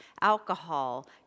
Alcohol